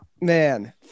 Man